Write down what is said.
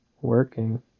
working